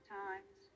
times